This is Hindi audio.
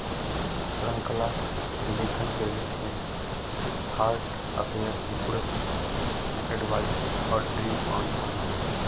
श्रृंखला लेखन क्रेडिट में हार्ट अफेयर, गुड एडवाइस और ड्रीम ऑन शामिल हैं